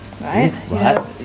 right